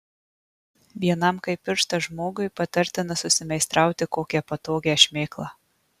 vienam kaip pirštas žmogui patartina susimeistrauti kokią patogią šmėklą